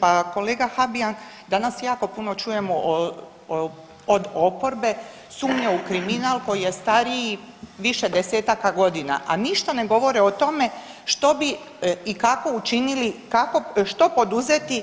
Pa kolega Habijan danas jako puno čujemo od oporbe sumnje u kriminal koji je stariji više desetaka godina, a ništa ne govore o tome što bi kako učinili kako, što poduzeti